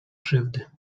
krzywdy